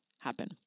happen